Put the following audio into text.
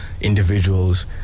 individuals